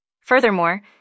Furthermore